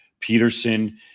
Peterson